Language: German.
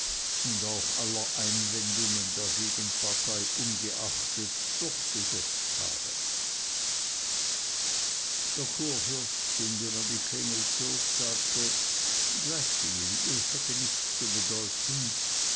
und auch aller einwendungen der gegenpart ungeachtet auch durchgesetzt habe der kurfürst indem er die klingel zog sagte gleichviel es hätte nichts zu bedeuten